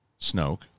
Snoke